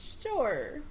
sure